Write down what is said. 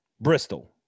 Bristol